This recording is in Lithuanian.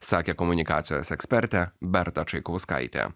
sakė komunikacijos ekspertė berta čaikauskaitė